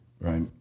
right